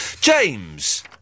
James